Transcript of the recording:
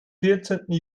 vierzehnten